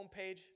homepage